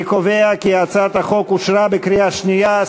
אני קובע כי הצעת החוק אושרה בקריאה שנייה.